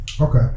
Okay